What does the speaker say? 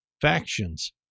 factions